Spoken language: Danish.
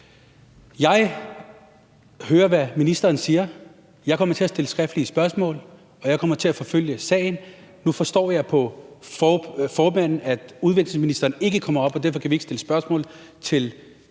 Jeg hører, hvad ministeren siger. Jeg kommer til at stille skriftlige spørgsmål, og jeg kommer til at forfølge sagen. Nu forstår jeg på formanden, at udviklingsministeren ikke kommer herop, og derfor kan vi ikke stille spørgsmål til udviklingsministeren.